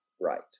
right